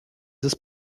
ist